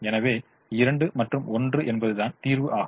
எனவே 2 மற்றும் 1 என்பதுதான் தீர்வு ஆகும்